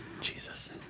Jesus